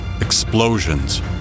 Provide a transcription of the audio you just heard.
explosions